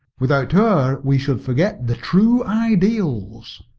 without her we should forget the true ideals.